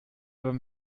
beim